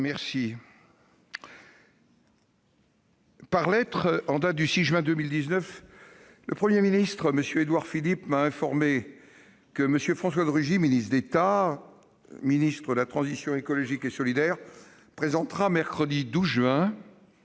! Par lettre en date du 6 juin 2019, le Premier ministre, M. Édouard Philippe, m'a informé que M. François de Rugy, ministre d'État, ministre de la transition écologique et solidaire, présentera, mercredi 12 juin,